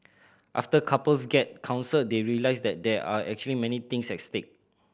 after couples get counselled they realise that there are actually many things at stake